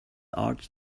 art